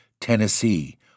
Tennessee